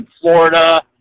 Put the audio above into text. Florida